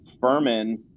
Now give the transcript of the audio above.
Furman